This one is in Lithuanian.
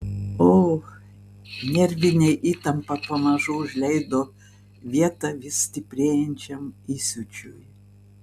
o nervinė įtampa pamažu užleido vietą vis stiprėjančiam įsiūčiui